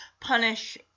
punish